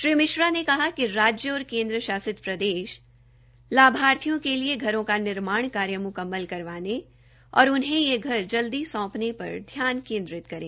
श्री मिश्रा ने कहा कि राज्य और केन्द्र शासित प्रदेश लाभार्थियों के लिए घरों के निर्माण कार्य म्कम्मल करवाने और उन्हें ये घर जल्दी सौंपने पर ध्यान केन्द्रित करें